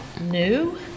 new